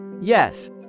Yes